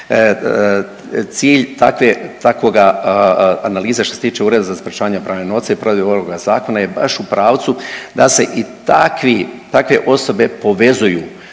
Cilj takvoga analize što se tiče Ureda za sprječavanja pranja novca i provedbe ovoga zakona je baš u pravcu da se i takvi, takve osobe povezuju